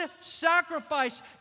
sacrifice